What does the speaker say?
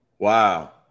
Wow